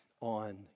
on